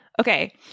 Okay